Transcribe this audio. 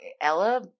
Ella